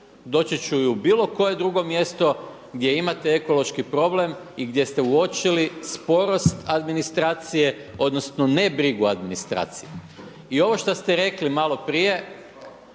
Doći ću i u bilo koje drugo mjesto gdje imate ekološki problem i gdje ste uočili sporost administracije, odnosno ne brigu administracije. I ovo što ste rekli malo prije,